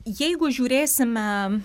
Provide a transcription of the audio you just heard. jeigu žiūrėsime